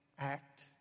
act